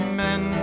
men